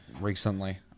recently